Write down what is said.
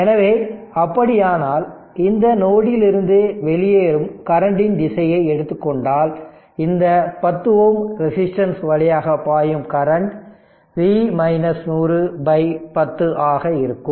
எனவே அப்படியானால் இந்த நோடில் இருந்து வெளியேறும் கரண்ட்டின் திசையை எடுத்துக் கொண்டால் இந்த 10 Ω ரெசிஸ்டன்ஸ் வழியாக பாயும் கரண்ட் V 100 10 இருக்கும்